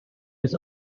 with